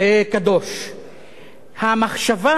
המחשבה, האידיאולוגיה הגזענית,